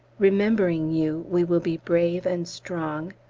remembering you we will be brave and strong,